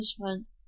punishment